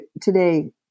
today